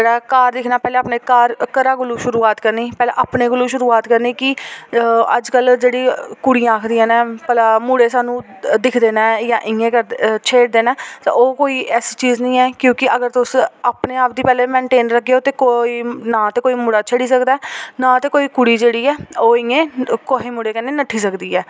जेह्ड़ा घर दिक्खना पैह्ले अपने घर घरै कोला शुरुआत करनी पैह्ले अपने कोला शुरुआत करनी कि अज्जकल जेह्ड़ी कुड़ियां आखदियां न भला मुड़े सानू दिखदे न जां इयां करदे छेड़दे न ते ओह् कोई ऐसी चीज नी ऐ क्योंकि अगर तुस अपने आप गी पैह्ले मेनटेन रखगेओ ते कोई ना ते कोई मुड़ा छेड़ी सकदा नां ते कोई कुड़ी जेह्ड़ी ऐ ओह् इयां कोहै मुड़े कन्नै नट्ठी सकदी ऐ